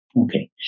Okay